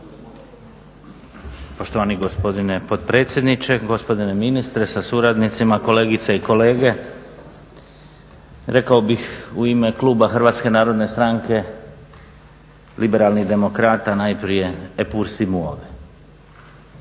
Poštovani gospodine potpredsjedniče, gospodine ministre sa suradnicima, kolegice i kolege. Rekao bih u ime kluba Hrvatske narodne stranke Liberalnih demokrata najprije …/Govornik se